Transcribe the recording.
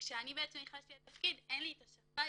אני נכנסתי לתפקיד ואין לי שפה,